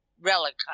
relic